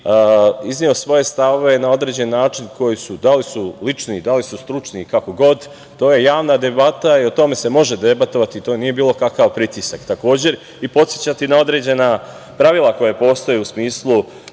izneo svoje stavove na određen način koji da li su lični, stručni, kako god, to je javna debata i o tome se može debatovati. To nije bilo kakav pritisak. Takođe i podsećati na određena pravila koja postoje u smislu